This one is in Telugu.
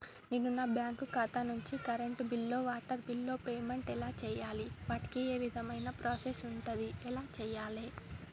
నేను నా బ్యాంకు ఖాతా నుంచి కరెంట్ బిల్లో వాటర్ బిల్లో పేమెంట్ ఎలా చేయాలి? వాటికి ఏ విధమైన ప్రాసెస్ ఉంటది? ఎలా చేయాలే?